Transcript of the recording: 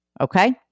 Okay